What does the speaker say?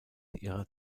ihrer